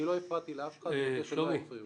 אני לא הפרעתי לאף אחד ואבקש שלא יפריעו לי.